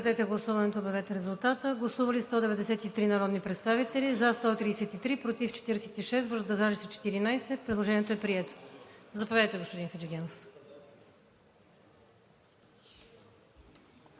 Предложението е прието. Заповядайте, господин Хаджигенов.